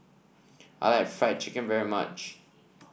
I like Fried Chicken very much